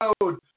road